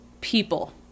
People